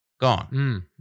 gone